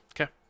Okay